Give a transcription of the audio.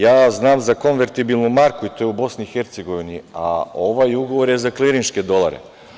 Ja znam za konvertibilnu marku, i to je u Bosni i Hercegovini, a ovaj ugovor je za klirinške dolare.